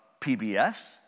PBS